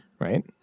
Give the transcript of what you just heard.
right